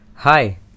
Hi